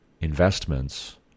investments